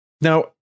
Now